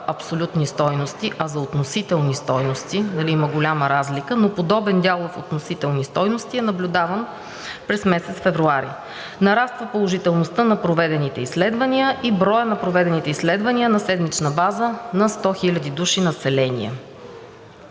абсолютни стойности, а за относителни стойности – има голяма разлика, но подобен дял в относителни стойности е наблюдаван през месец февруари, нараства положителността на проведените изследвания и броят на проведените изследвания на седмична база на 100 хиляди души население.